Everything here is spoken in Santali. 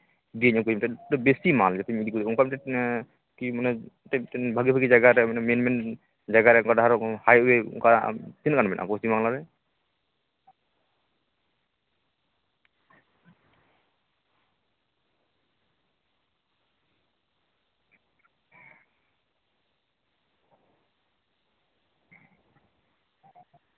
ᱤᱫᱤ ᱟᱹᱜᱩᱭᱟ ᱡᱟᱛᱮ ᱵᱮᱥᱤ ᱢᱟᱞ ᱡᱟᱛᱮᱧ ᱤᱫᱤ ᱟᱹᱜᱩᱭ ᱚᱱᱠᱟ ᱢᱤᱫᱴᱤᱡ ᱵᱷᱟᱜᱮ ᱵᱷᱟᱜᱮ ᱡᱟᱭᱜᱟ ᱨᱮ ᱢᱮᱱ ᱢᱮᱱ ᱡᱟᱭᱜᱟ ᱨᱮ ᱚᱱᱠᱟ ᱦᱟᱭᱚᱭᱮ ᱚᱝᱠᱟ ᱛᱤᱱᱟᱹᱜ ᱜᱟᱱ ᱢᱮᱱᱟᱜᱼᱟ ᱯᱚᱥᱪᱤᱢ ᱵᱟᱝᱞᱟ ᱨᱮ